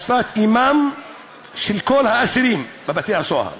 בשפת האם של כל האסירים בבתי-הסוהר: